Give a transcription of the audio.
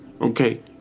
okay